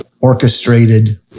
orchestrated